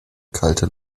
kalte